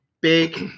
big